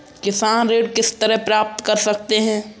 किसान ऋण किस तरह प्राप्त कर सकते हैं?